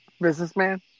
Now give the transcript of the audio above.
Businessman